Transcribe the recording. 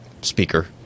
speaker